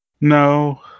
No